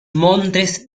montes